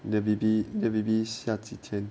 the baby the baby 下几天